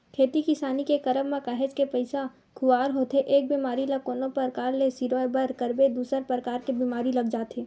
खेती किसानी के करब म काहेच के पइसा खुवार होथे एक बेमारी ल कोनो परकार ले सिरोय बर करबे दूसर परकार के बीमारी लग जाथे